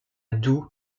doue